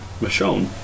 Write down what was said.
Michonne